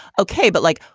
okay. but like,